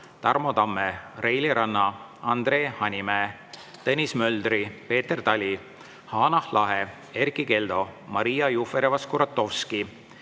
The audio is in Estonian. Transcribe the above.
Tarmo Tamme, Reili Ranna, Andre Hanimäe, Tõnis Möldri, Peeter Tali, Hanah Lahe, Erkki Keldo, Maria Jufereva-Skuratovski,